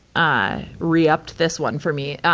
ah, re-upped this one for me.